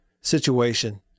situation